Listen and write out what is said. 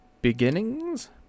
beginnings